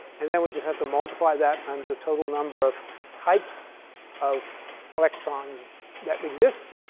and then we just have to multiply that times the total number of types of electrons that exist.